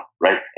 right